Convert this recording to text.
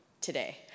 today